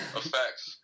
effects